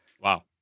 Wow